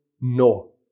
no